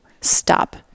stop